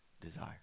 desire